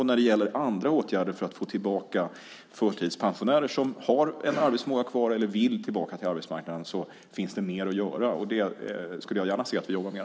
När det gäller andra åtgärder för att få tillbaka förtidspensionärer som har en arbetsförmåga kvar eller vill tillbaka till arbetsmarknaden finns det mer att göra, och det skulle jag gärna se att vi jobbade med.